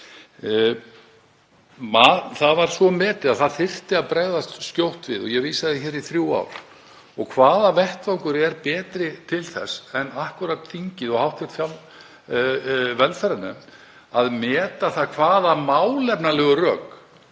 Það var svo metið að það þyrfti að bregðast skjótt við — ég vísaði hér í þrjú ár — og hvaða vettvangur er betri til þess en akkúrat þingið og hv. velferðarnefnd til að meta það hvaða málefnalegu rök